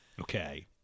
okay